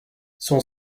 son